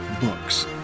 books